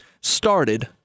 started